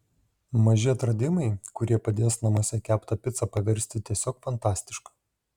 maži atradimai kurie padės namuose keptą picą paversti tiesiog fantastiška